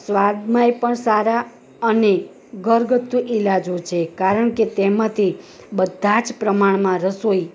સ્વાદમાં એ પણ સારાં અને ઘરગથ્થું ઇલાજો છે કારણ કે તેમાંથી બધાં જ પ્રમાણમાં રસોઈ